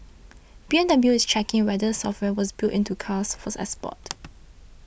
B M W is checking whether the software was built into cars for export